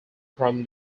from